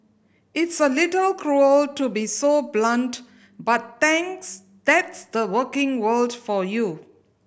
it's a little cruel to be so blunt but that's the working world for you